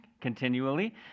continually